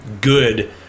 good